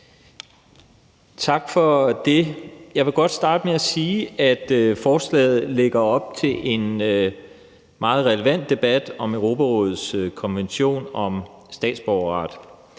tak, formand. Jeg vil godt starte med at sige, at forslaget lægger op til en meget relevant debat om Europarådets konvention om statsborgerret.